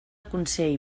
consell